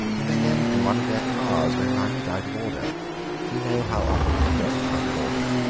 and they lend me one of their cars when mine is out of order you know how often it gets out of order.